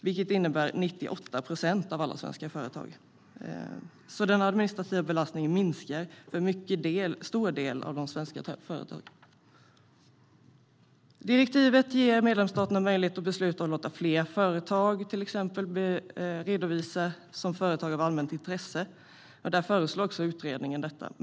Det innebär 98 procent av alla svenska företag. Den administrativa belastningen minskar för en stor del av de svenska företagen. Direktivet ger medlemsstaterna möjlighet att besluta att låta fler företag redovisas i kategorin företag av allmänt intresse. Det föreslår också utredningen.